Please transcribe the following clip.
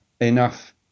enough